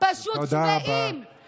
פשוט שבעים, תודה רבה.